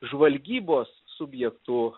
žvalgybos subjektų